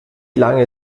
lange